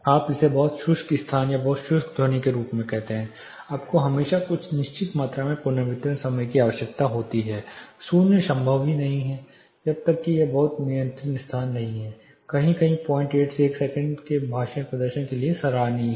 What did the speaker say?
आप इसे बहुत शुष्क स्थान या बहुत शुष्क ध्वनि के रूप में कहते हैं आपको हमेशा कुछ निश्चित मात्रा में पुनर्वितरण समय की आवश्यकता होती है शून्य संभव नहीं है जब तक कि यह बहुत नियंत्रित स्थान नहीं है कहीं कहीं 08 से 1 सेकंड के भाषण प्रदर्शन के लिए भी सराहनीय है